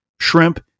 shrimp